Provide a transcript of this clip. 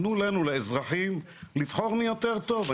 תנו לנו לאזרחים לבחור מי יותר טוב.